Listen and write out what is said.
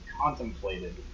contemplated